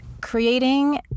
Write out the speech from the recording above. creating